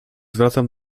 zwracam